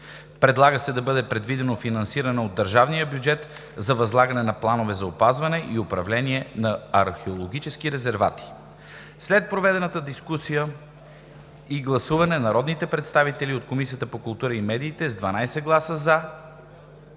Предлага се да бъде предвидено финансиране от държавния бюджет за възлагане на планове за опазване и управление на археологически резервати. След проведена дискусия и гласуване народните представители от Комисията по културата и медиите с 12 гласа „за“,